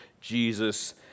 Jesus